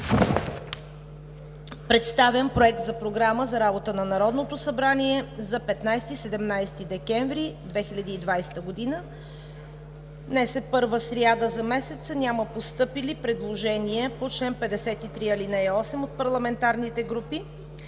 Представям Проект за програма за работата на Народното събрание за 15 – 17 януари 2020 г. Днес е първа сряда за месеца, няма постъпили предложения по чл. 53, ал. 8 от парламентарните групи: